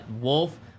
wolf